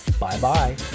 Bye-bye